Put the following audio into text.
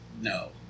No